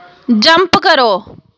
jump करो